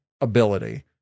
ability